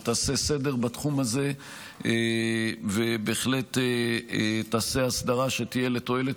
שתעשה סדר בתחום הזה ובהחלט תעשה אסדרה שתהיה לתועלת